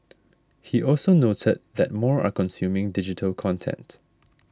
he also noted that more are consuming digital content